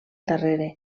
darrere